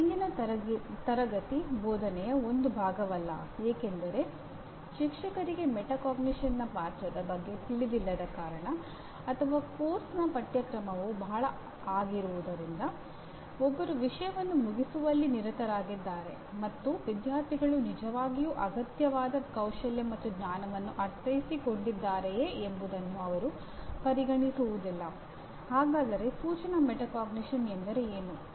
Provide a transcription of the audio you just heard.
ಇದು ಇಂದಿನ ತರಗತಿ ಬೋಧನೆಯ ಒಂದು ಭಾಗವಲ್ಲ ಏಕೆಂದರೆ ಶಿಕ್ಷಕರಿಗೆ ಮೆಟಾಕಾಗ್ನಿಷನ್ನ ಎಂದರೇನು